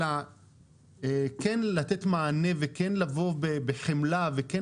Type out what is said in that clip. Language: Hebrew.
אלא כן לתת מענה וכן לבוא בחמלה וכן